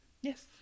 Yes